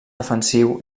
defensiu